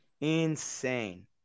Insane